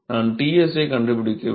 நான் Ts ஐ கண்டுபிடிக்க வேண்டும்